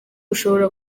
ushobora